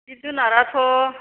जिब जुनाराथ'